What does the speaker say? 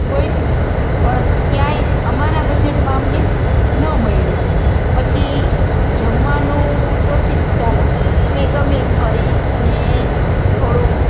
ગોતી પણ ક્યાંય અમારા બજેટમાં અમને ન મળી પછી જમવાનું તો ઠીક ચાલો અમે ગમે એમ કરી અને થોડું